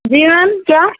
جی ma'am کیا